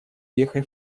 вехой